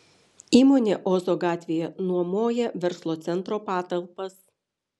įmonė ozo gatvėje nuomoja verslo centro patalpas